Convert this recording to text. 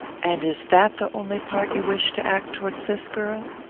and is that the only part you wish to act towards this girl?